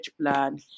plan